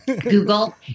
Google